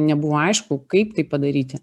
nebuvo aišku kaip tai padaryti